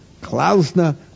Klausner